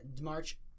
March